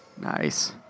Nice